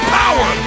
power